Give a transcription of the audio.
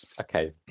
okay